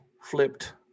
flipped